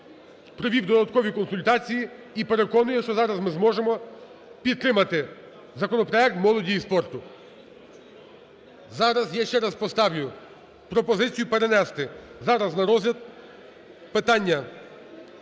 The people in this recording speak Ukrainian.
провів додаткові консультації і переконує, що зараз ми зможемо підтримати законопроект молоді і спорту. Зараз я ще раз поставлю пропозицію перенести зараз на розгляд питання